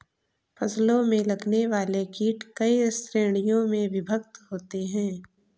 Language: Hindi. फसलों में लगने वाले कीट कई श्रेणियों में विभक्त होते हैं